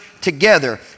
together